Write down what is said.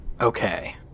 Okay